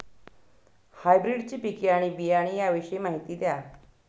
हायब्रिडची पिके आणि बियाणे याविषयी माहिती द्या